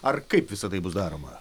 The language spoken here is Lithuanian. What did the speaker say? ar kaip visa tai bus daroma